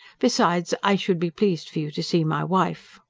besides, i should be pleased for you to see my wife.